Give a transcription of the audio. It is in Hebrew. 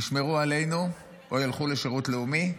ישמרו עלינו, או ילכו לשירות לאומי,